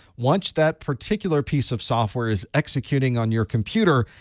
once that particular piece of software is executing on your computer,